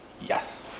yes